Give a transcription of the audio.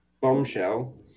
bombshell